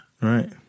Right